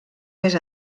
més